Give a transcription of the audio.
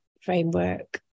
framework